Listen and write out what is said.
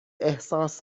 احساس